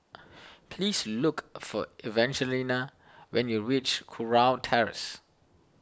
please look for Evangelina when you reach Kurau Terrace